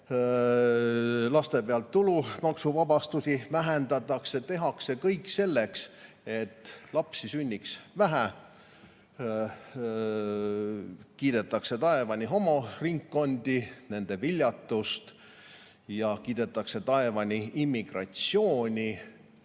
laste pealt tulumaksuvabastust vähendatakse, kui tehakse kõik selleks, et lapsi sünniks vähe; kui kiidetakse taevani homoringkondi, nende viljatust, ja kiidetakse taevani immigratsiooni